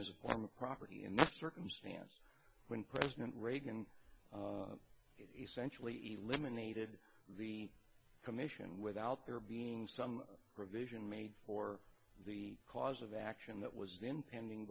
is a form of property and circumstance when president reagan essentially eliminated the commission without there being some provision made for the cause of action that was intending